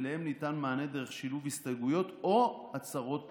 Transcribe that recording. ולהם ניתן מענה דרך שילוב הסתייגויות או הצהרות פרשניות.